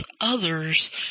others